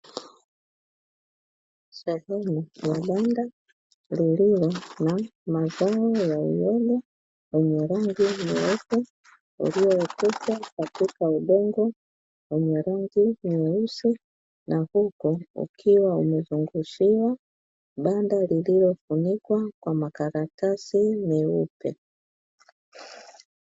Sehemu ya banda lililo na mazao ya uyoga yenye rangi nyeupe iliyooteshwa katika udongo wenye rangi nyeusi, na huku ukiwa umezungushiwa banda lililofunikwa kwa makaratasi meupe.